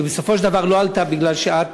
היא בסופו של דבר לא עלתה כי את,